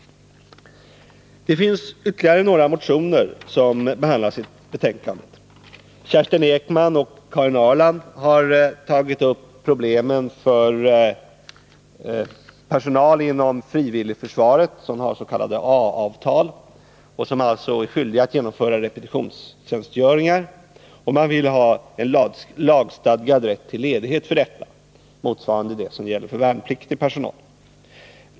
Det finns ytterligare några motioner som behandlas i betänkandet. Kerstin Ekman och Karin Ahrland har tagit upp problemen för personal inom frivilligförsvaret som har s.k. A-avtal och som alltså är skyldiga att fullgöra repetitionstjänstgöring. I motionen föreslås en lagstadgad ledighet för denna personal motsvarande vad som gäller för värnpliktig personal.